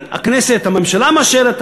הממשלה מאשרת,